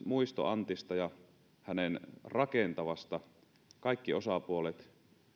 muisto antista ja hänen rakentavasta kaikki osapuolet